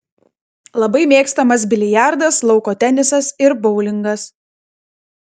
labai mėgstamas biliardas lauko tenisas ir boulingas